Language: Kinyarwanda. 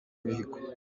imihigo